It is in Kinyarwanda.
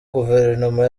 guverinoma